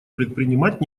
предпринимать